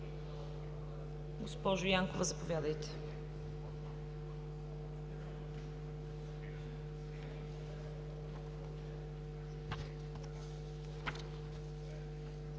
Госпожо Янкова, заповядайте.